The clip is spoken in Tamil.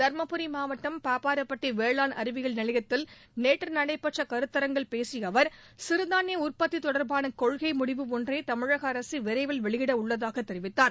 தர்மபுரி மாவட்டம் பாப்பாரப்பட்டி வேளாண் அறிவியில் நிலையத்தில் நேற்று நடைபெற்ற கருத்தரங்கில் பேசிய அவர் சிறுதானிய உற்பத்தி தொடர்பான கொள்கை முடிவு ஒன்றை தமிழக அரசு விரைவில் வெளியிட உள்ளதாகத் தெரிவித்தார்